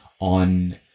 on